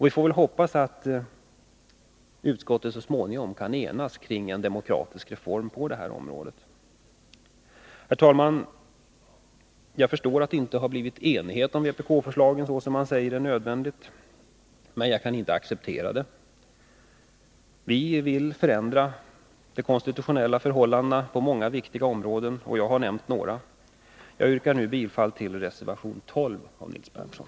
Vi får hoppas att utskottet så småningom kan enas kring en demokratisk reform på detta område. Herr talman! Jag förstår att man inte har kunnat nå enighet om vpk:s förslag, vilket man säger är en nödvändighet, men jag kan inte acceptera att de kommunala församlingarna inte ges möjlighet att spegla det faktiskt avgivna antalet röster för varje parti. Vi vill förändra de konstitutionella förhållandena på många viktiga områden, och jag har nämnt några. Jag yrkar nu bifall till reservation 12 av Nils Berndtson.